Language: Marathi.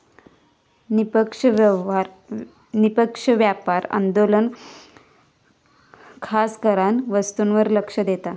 निष्पक्ष व्यापार आंदोलन खासकरान वस्तूंवर लक्ष देता